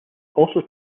also